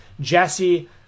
jesse